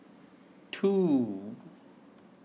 two